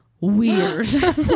weird